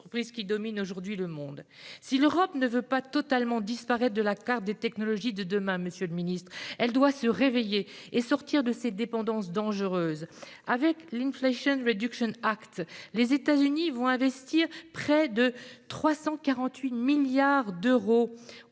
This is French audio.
qui dominent aujourd'hui le monde. Si l'Europe ne veut pas totalement disparaître de la carte des technologies de demain, monsieur le ministre, elle doit se réveiller et sortir de ces dépendances dangereuses. Avec l', les États-Unis vont investir près de 348 milliards de